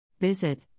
Visit